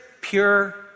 pure